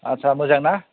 आतसा मोजां ना